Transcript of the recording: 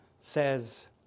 says